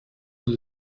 для